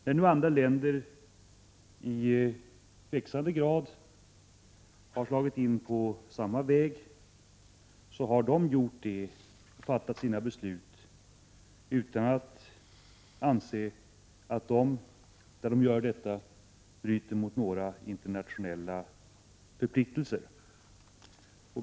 När nu andra länder i växande grad slagit in på samma väg som vi har de fattat sina beslut utan att anse att de därmed bryter mot några internationella förpliktelser.